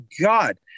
God